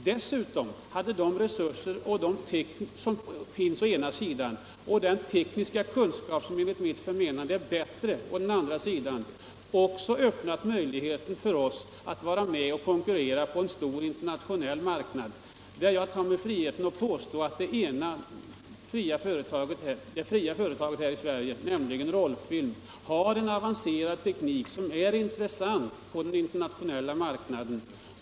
Dessutom hade å ena sidan de resurser som finns och å andra sidan den tekniska kunskap som enligt mitt förmenande är bättre också öppnat möjligheten för oss att konkurrera på en stor internationell marknad. Jag tar mig nämligen friheten att påstå att det fria företaget här i Sverige, Rollfilm, har en avancerad teknik som är intressant på den internationella marknaden.